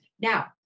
Now